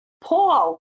Paul